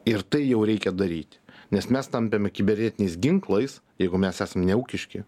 ir tai jau reikia daryti nes mes tampame kibernetiniais ginklais jeigu mes esam neūkiški